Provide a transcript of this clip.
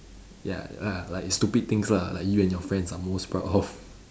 ya ah like stupid things lah like you and your friends are most proud of